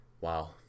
Wow